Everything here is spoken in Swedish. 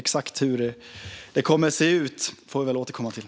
Exakt hur det kommer att se ut får vi återkomma till.